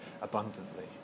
abundantly